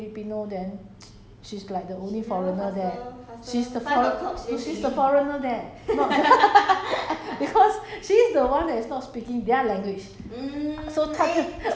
就 maybe another two more staff but the two more staff is err filipino then she's like the only foreigner there she's the foreign no she's the foreigner there not because